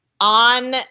on